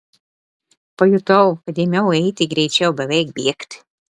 pajutau kad ėmiau eiti greičiau beveik bėgti